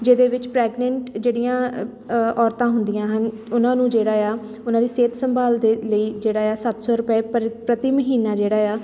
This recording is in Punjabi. ਜਿਹਦੇ ਵਿੱਚ ਪ੍ਰੈਗਨੈਂਟ ਜਿਹੜੀਆਂ ਅ ਔਰਤਾਂ ਹੁੰਦੀਆਂ ਹਨ ਉਹਨਾਂ ਨੂੰ ਜਿਹੜਾ ਆ ਉਹਨਾਂ ਦੀ ਸਿਹਤ ਸੰਭਾਲ ਦੇ ਲਈ ਜਿਹੜਾ ਆ ਸੱਤ ਸੌ ਰੁਪਏ ਪ੍ਰਤ ਪ੍ਰਤੀ ਮਹੀਨਾ ਜਿਹੜਾ ਆ